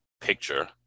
picture